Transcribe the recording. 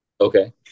Okay